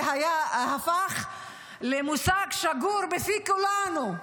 זה הפך למושג שגור בפי כולנו,